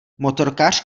motorkář